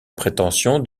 prétention